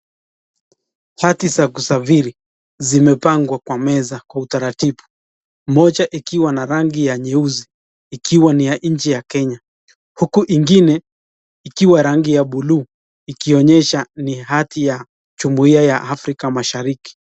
Hati za kusafiri, zimepangwa kwa meza kwa utaratibu. Moja ikiwa na rangi nyeusi, ikiwa ni ya nchi ya Kenya. Huku ingine ikiwa na rangi ya blue ikionyesha ni hati ya jumuia ya Africa Mashariki.